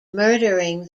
murdering